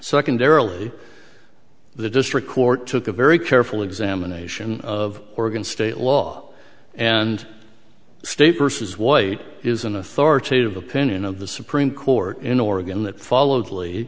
secondarily the district court took a very careful examination of oregon state law and state versus white is an authoritative opinion of the supreme court in oregon that followed